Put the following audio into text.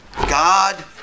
God